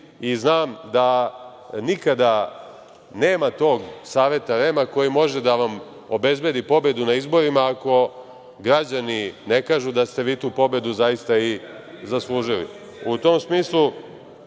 i znam da nikada nema tog Saveta REM-a koji može da vam obezbedi pobedu na izborima, ako građani ne kažu da ste vi tu pobedu zaista i zaslužili.U tom smislu